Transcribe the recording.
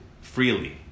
freely